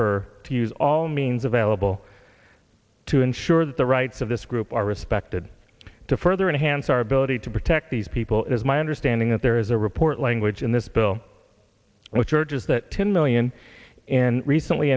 her to use all means available to ensure that the rights of this group are respected to further enhance our ability to protect these people it's my understanding that there is a report language in this bill which urges that ten million in recently